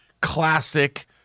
classic